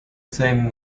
same